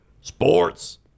Sports